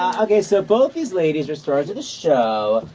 ah okay, so both these ladies are stars of the show.